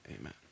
amen